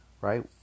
right